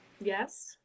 Yes